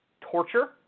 torture